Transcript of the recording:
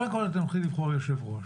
קודם כל אתם צריכים לבחור יושב ראש,